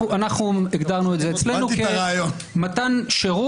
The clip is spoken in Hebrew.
אנחנו הגדרנו את זה אצלנו, מתן שירות